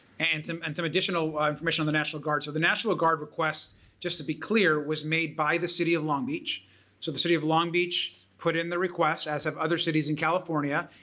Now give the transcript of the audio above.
and some and some additional information on the national guard. so the natural guard requests just to be clear was made by the city of long beach so the city of long beach put in the request as of other cities in california.